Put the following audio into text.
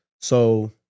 So-